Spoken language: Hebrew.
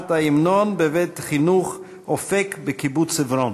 אי-השמעת ההמנון בבית-חינוך "אופק" בקיבוץ עברון.